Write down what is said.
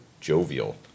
jovial